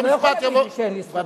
אתה לא יכול להגיד לי שאין לי זכות.